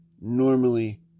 normally